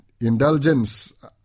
indulgence